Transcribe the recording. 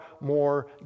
more